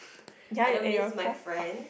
ya eh your class suck